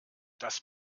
das